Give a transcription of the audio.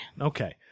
Okay